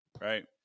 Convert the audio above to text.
right